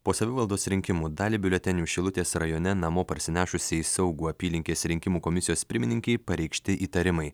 po savivaldos rinkimų dalį biuletenių šilutės rajone namo parsinešusiai saugų apylinkės rinkimų komisijos pirmininkei pareikšti įtarimai